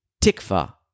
Tikva